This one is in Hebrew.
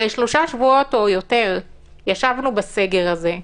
הרי שלושה שבועות ויותר ישבנו בסגר הזה.